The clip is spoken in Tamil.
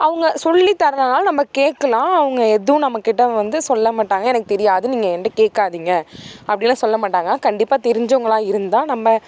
அவங்க சொல்லித்தரதனால நம்ப கேட்கலாம் அவங்க எதுவும் நம்மக்கிட்ட வந்து சொல்லமாட்டாங்க எனக்கு தெரியாது நீங்கள் என்கிட்ட கேட்காதிங்க அப்படிலாம் சொல்ல மாட்டாங்க கண்டிப்பாக தெரிஞ்சவங்களாக இருந்தால் நம்ப